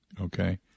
Okay